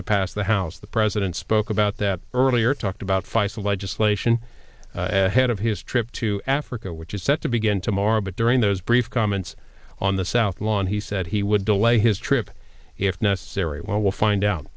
to pass the house the president spoke about that earlier talked about feisal legislation ahead of his trip to africa which is set to begin tomorrow but during those brief comments on the south lawn he said he would delay his trip if necessary well we'll find out